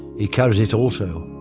he carries it also.